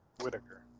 Whitaker